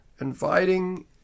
inviting